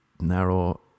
narrow